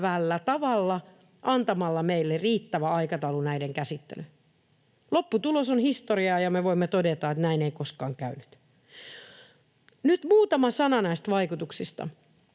antamalla meille riittävä aikataulu näiden käsittelyyn. Lopputulos on historiaa, ja me voimme todeta, että näin ei koskaan käynyt. Nyt muutama sana näistä vaikutuksista.